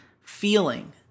feeling